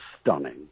stunning